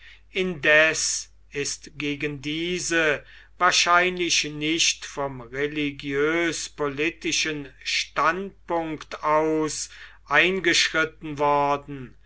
indes ist gegen diese wahrscheinlich nicht vom religiös politischen standpunkt aus eingeschritten worden